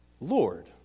Lord